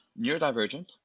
neurodivergent